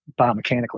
biomechanically